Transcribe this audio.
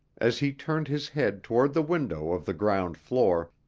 as he turned his head toward the window of the ground floor,